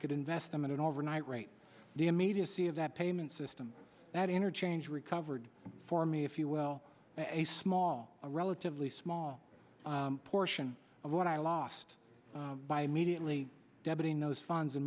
could invest them in an overnight rate the immediacy of that payment system that interchange recovered for me if you will a small relatively small portion of what i lost by immediately deboning those funds and